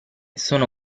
sono